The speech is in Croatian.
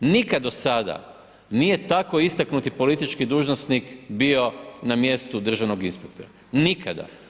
Nikad do sada nije tako istaknuti politički dužnosnik bio na mjestu državnog inspektora, nikada.